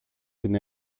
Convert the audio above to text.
την